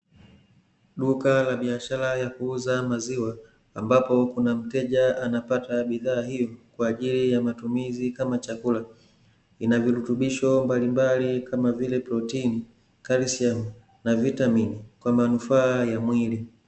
Duka la biashara ya kuuza maziwa, ambapo kuna mteja anapata bidhaa hiyo kwa ajili ya matumizi kama chakula. Ina virutubisho mbalimbali kama vile protini, kalsiamu na vitamini kwa manufaa ya mwili.